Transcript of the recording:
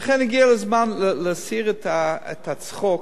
לכן הגיע הזמן להסיר את הצחוק,